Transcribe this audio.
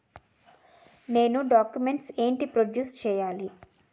నేను డాక్యుమెంట్స్ ఏంటి ప్రొడ్యూస్ చెయ్యాలి?